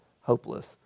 hopeless